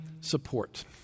support